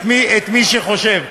את מי שחושבים.